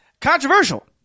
Controversial